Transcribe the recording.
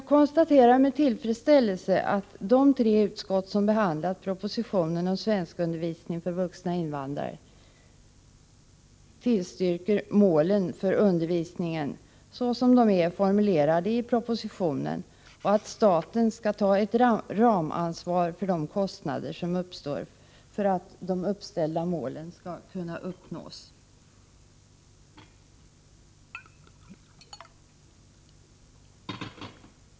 Jag konstaterar med tillfredsställelse att de tre utskott som behandlat propositionen om svenskundervisning för vuxna invandrare tillstyrker målen för undervisningen såsom de är formulerade i propositionen och att staten skall ta ett ramansvar för de kostnader som uppstår för att de uppställda målen skall kunna uppnås.